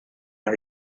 are